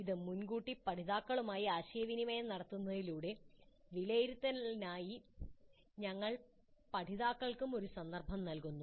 ഇത് മുൻകൂട്ടി പഠിതാക്കളുമായി ആശയവിനിമയം നടത്തുന്നതിലൂടെ വിലയിരുത്തലിനായി ഞങ്ങൾ പഠിതാക്കൾക്കും ഒരു സന്ദർഭം നൽകുന്നു